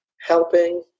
helping